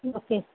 okay